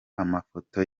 amafoto